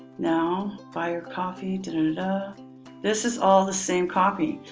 now. buy your copy. this is all the same copy.